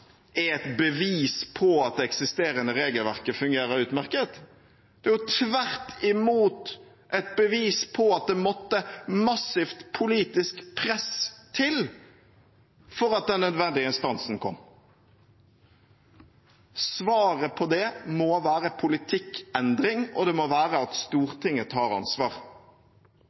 er et bevis på at det eksisterende regelverket fungerer utmerket. Det er jo tvert imot et bevis på at det måtte massivt politisk press til for at den nødvendige stansen kom. Svaret på det må være politikkendring, og det må være at Stortinget tar ansvar.